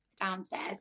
downstairs